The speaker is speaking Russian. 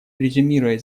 резюмируя